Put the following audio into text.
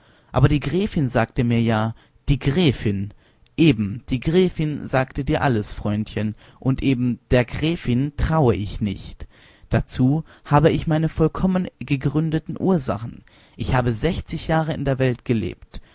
aber die gräfin sagt mir ja die gräfin eben die gräfin sagte dir alles freundchen und eben der gräfin traue ich nicht dazu habe ich meine vollkommen gegründeten ursachen ich habe sechzig jahre in der welt gelebt